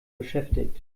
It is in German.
beschäftigt